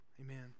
Amen